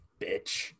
Bitch